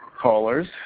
callers